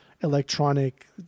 electronic